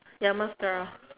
ya mascara